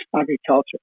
agriculture